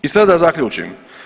I sad da zaključim.